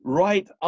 right